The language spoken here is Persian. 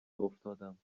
افتادم